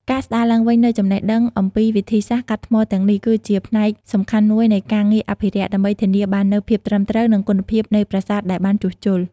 ការស្ដារឡើងវិញនូវចំណេះដឹងអំពីវិធីសាស្ត្រកាត់ថ្មទាំងនេះ គឺជាផ្នែកសំខាន់មួយនៃការងារអភិរក្ស ដើម្បីធានាបាននូវភាពត្រឹមត្រូវ និងគុណភាពនៃប្រាសាទដែលបានជួសជុល។